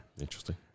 Interesting